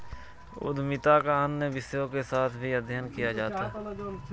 उद्यमिता का अन्य विषयों के साथ भी अध्ययन किया जाता है